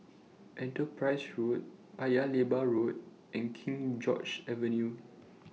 Enterprise Road Paya Lebar Road and King George's Avenue